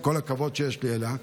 עם כל הכבוד שיש לי אליה,